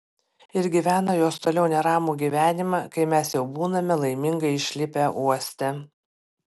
ir gyvena jos toliau neramų gyvenimą kai mes jau būname laimingai išlipę uoste